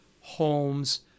homes